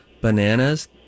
Bananas